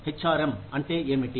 HRM అంటే ఏమిటి